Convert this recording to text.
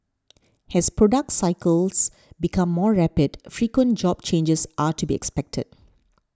as product cycles become more rapid frequent job changes are to be expected